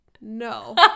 no